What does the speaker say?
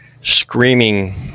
screaming